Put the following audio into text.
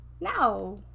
No